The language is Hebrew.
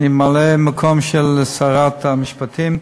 אני ממלא-מקום של שרת המשפטים.